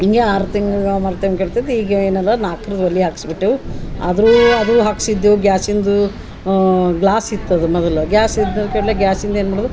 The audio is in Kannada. ಹಿಂಗೆ ಆರು ತಿಂಗ್ಳ ಕೆಡ್ತಿತ್ತು ಈಗ ಏನರ ನಾಕ್ರದು ಒಲಿ ಹಾಕ್ಸ್ಬಿಟ್ಟೆವು ಆದರು ಅದು ಹಾಕ್ಸಿದ್ದೇವ್ ಗ್ಯಾಸಿಂದೂ ಗ್ಲಾಸಿತ್ ಅದು ಮೊದಲ ಗ್ಯಾಸ್ ಇದ್ದ ಕಡ್ಲೆ ಗ್ಯಾಸಿಂದ ಏನು ಮಾಡುದು